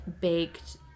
baked